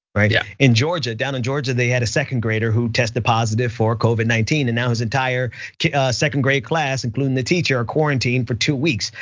right? yeah. in georgia, down in georgia, they had a second grader who tested positive for covid nineteen. and now his entire second grade class including the teacher are quarantined for two weeks,